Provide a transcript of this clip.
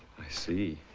i see